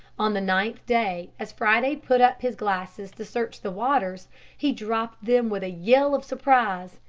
on the ninth day, as friday put up his glasses to search the waters he dropped them with a yell of surprise.